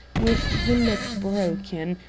with the lock broken,